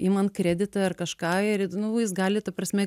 imant kreditą ar kažką ir nu jis gali ta prasme